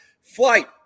Flight